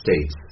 States